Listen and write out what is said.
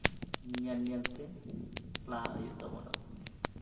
ᱧᱮᱞ ᱧᱮᱞ ᱛᱮ ᱞᱟᱦᱟᱜ ᱦᱩᱭᱩᱜ ᱛᱟᱵᱚᱱᱟ